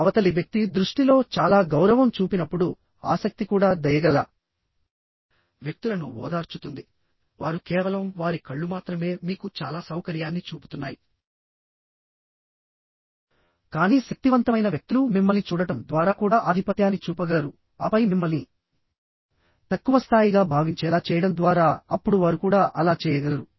అవతలి వ్యక్తి దృష్టిలో చాలా గౌరవం చూపినప్పుడు ఆసక్తి కూడా దయగల వ్యక్తులను ఓదార్చుతుంది వారు కేవలం వారి కళ్ళు మాత్రమే మీకు చాలా సౌకర్యాన్ని చూపుతున్నాయి కానీ శక్తివంతమైన వ్యక్తులు మిమ్మల్ని చూడటం ద్వారా కూడా ఆధిపత్యాన్ని చూపగలరు ఆపై మిమ్మల్ని తక్కువస్థాయిగా భావించేలా చేయడం ద్వారా అప్పుడు వారు కూడా అలా చేయగలరు